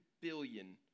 billion